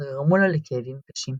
אך גרמו לה לכאבים קשים.